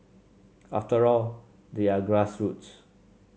after all they are grassroots